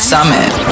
Summit